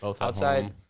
Outside